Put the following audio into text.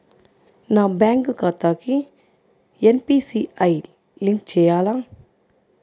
నా బ్యాంక్ ఖాతాకి NPCI link చేయాలా?